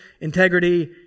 Integrity